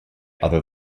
other